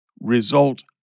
result